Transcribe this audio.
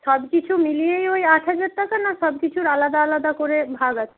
সব কিছু মিলিয়েই ওই আট হাজার টাকা না সব কিছুর আলাদা আলাদা করে ভাগ আছে